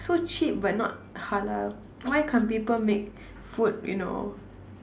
so cheap but not halal why can't people make food you know